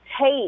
take